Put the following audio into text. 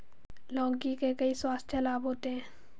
लौकी के कई स्वास्थ्य लाभ होते हैं